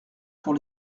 pour